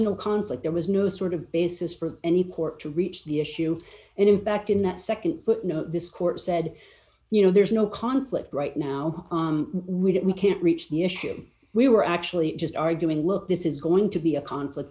no conflict there was no sort of basis for any court to reach the issue and in fact in that nd footnote this court said you know there's no conflict right now we did we can't reach the issue we were actually just arguing look this is going to be a conflict